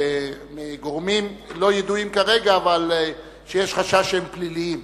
מגורמים לא ידועים כרגע, אבל יש חשש שהם פליליים.